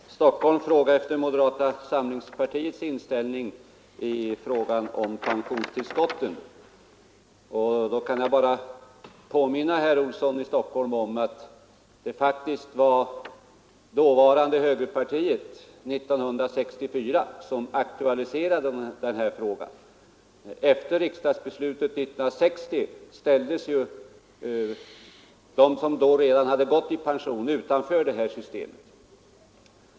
Herr talman! Herr Olsson i Stockholm frågade efter moderata samlingspartiets inställning till pensionstillskotten. Då kan jag bara påminna herr Olsson om att det faktiskt var dåvarande högerpartiet som 1964 aktualiserade denna fråga. Efter riksdagsbeslutet 1960 ställdes ju de som då redan hade gått i pension utanför detta system.